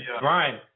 Brian